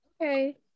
Okay